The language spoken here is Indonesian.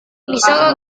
bisakah